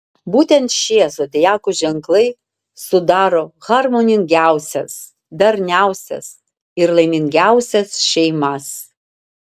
būtent šie zodiako ženklai sudaro harmoningiausias darniausias ir laimingiausias šeimas